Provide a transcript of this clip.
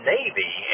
Navy